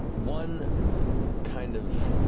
one kind of.